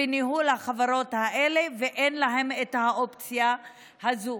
בניהול החברות האלה, ואין להם את האופציה הזו.